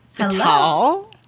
hello